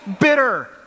Bitter